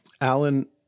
Alan